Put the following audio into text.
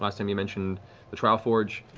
last time you mentioned the trial forge.